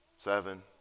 seven